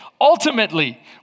Ultimately